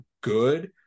good